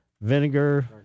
Vinegar